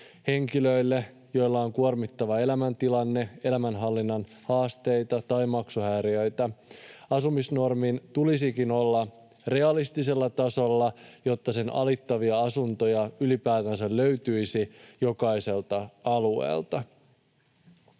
henkilöille, joilla on kuormittava elämäntilanne, elämänhallinnan haasteita tai maksuhäiriöitä. Asumisnormin tulisikin olla realistisella tasolla, jotta sen alittavia asuntoja ylipäätänsä löytyisi jokaiselta alueelta.